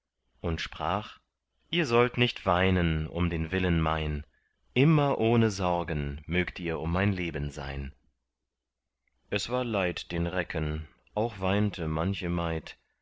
und sprach ihr sollt nicht weinen um den willen mein immer ohne sorgen mögt ihr um mein leben sein es war leid den recken auch weinte manche maid